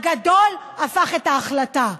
הגדול, הפך את ההחלטה.